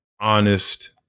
honest